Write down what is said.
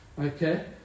okay